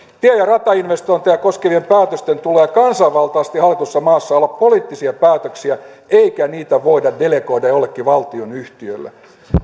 tie ja ratainvestointeja koskevien päätösten tulee kansanvaltaisesti hallitussa maassa olla poliittisia päätöksiä eikä niitä voida delegoida jollekin valtionyhtiölle